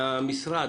מהמשרד,